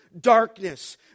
darkness